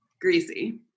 greasy